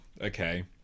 okay